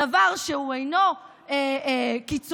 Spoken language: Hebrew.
דבר שאינו קיצוני,